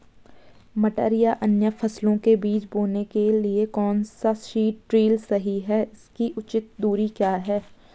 मटर या अन्य फसलों के बीज बोने के लिए कौन सा सीड ड्रील सही है इसकी उचित दूरी क्या है?